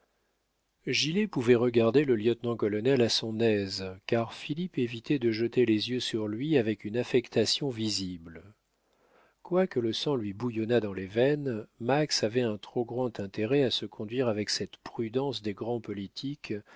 gilet pouvait regarder le lieutenant-colonel à son aise car philippe évitait de jeter les yeux sur lui avec une affectation visible quoique le sang lui bouillonnât dans les veines max avait un trop grand intérêt à se conduire avec cette prudence des grands politiques